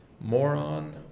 Moron